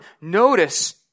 notice